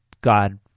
God